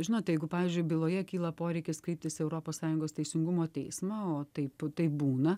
žinote jeigu pavyzdžiui byloje kyla poreikis kreiptis į europos sąjungos teisingumo teismą o taip taip būna